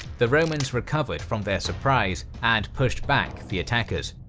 the romans recovered from their surprise and pushed back the attackers.